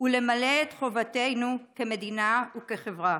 ולמלא את חובתנו כמדינה וכחברה.